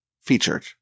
featured